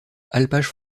alpages